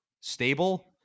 stable